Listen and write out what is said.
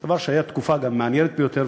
זה היה גם תקופה מעניינת ביותר,